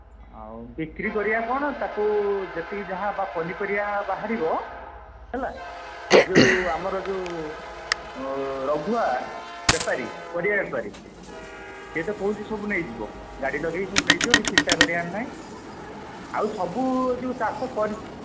ଆଉ ବିକ୍ରି କରିବା କ'ଣ ତାକୁ ଯେତିକି ଯାହା ପନିପରିବା ବାହାରିବ ହେଲା ଏହି ଯେଉଁ ଆମର ଯେଉଁ ରଘୁଆ ବେପାରି ପରିବା ବେପାରି ସେ ତ କହୁଛି ସବୁ ନେଇଯିବ ଗାଡ଼ି ଲଗାଇ ସବୁ ନେଇଯିବ କିଛି ଚିନ୍ତା କରିବାର ନାହିଁ ଆଉ ସବୁ ଯେଉଁ ଚାଷ କରି